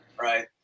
right